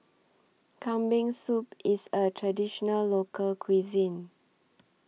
Kambing Soup IS A Traditional Local Cuisine